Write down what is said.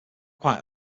quite